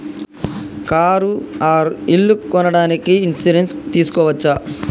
Car or ఇల్లు కొనడానికి insurance తీస్కోవచ్చా?